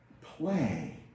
play